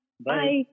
bye